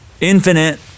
infinite